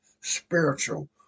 spiritual